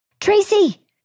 Tracy